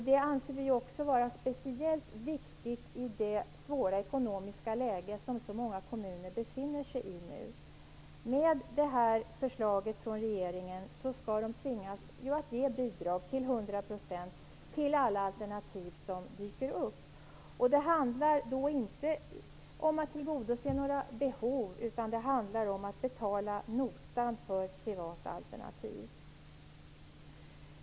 Det anser vi vara speciellt viktigt i det svåra ekonomiska läge som så många kommuner befinner sig i nu. Med det här förslaget från regeringen skall de tvingas att ge bidrag, till hundra procent, till alla alternativ som dyker upp. Det handlar inte om att tillgodose några behov, utan det handlar om att betala notan för privata alternativ.